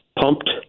pumped